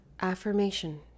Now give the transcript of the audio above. affirmation